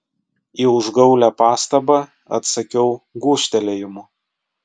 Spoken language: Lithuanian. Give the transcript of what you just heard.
į užgaulią pastabą atsakiau gūžtelėjimu